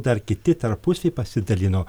dar kiti tarpusavy pasidalino